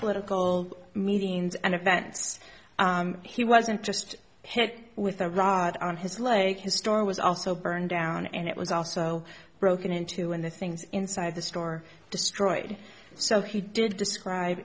political meetings and events he wasn't just hit with a rod on his leg his store was also burned down and it was also broken into and the things inside the store destroyed so he did describe